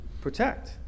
protect